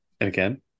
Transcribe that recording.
again